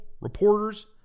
reporters